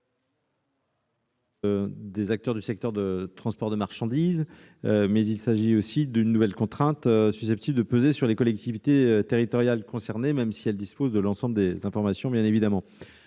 des professionnels du transport de marchandises, mais aussi d'une nouvelle contrainte susceptible de peser sur les collectivités territoriales concernées, même si elles disposent de l'ensemble des informations en question.